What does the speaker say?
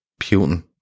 Putin